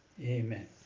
amen